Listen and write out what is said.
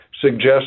suggest